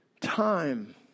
time